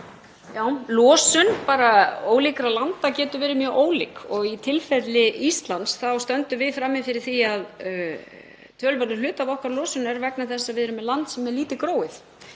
já, losun ólíkra landa getur verið mjög ólík. Í tilfelli Íslands stöndum við frammi fyrir því að töluverður hluti af okkar losun er vegna þess að við erum með land sem er lítið gróið.